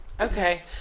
Okay